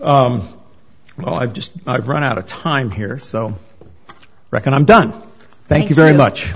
ok well i've just i've run out of time here so i reckon i'm done thank you very much